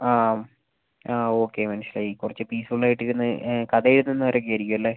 ആ ആ ഓക്കെ മനസ്സിലായി കുറച്ച് പീസ്ഫുൾ ആയിട്ട് ഇരുന്ന് കഥ എഴുതുന്നവരൊക്കെ ആയിരിക്കും അല്ലേ